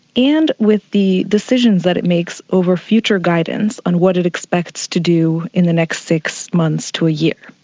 and with the decisions that it makes over future guidance on what it expects to do in the next six months to a year.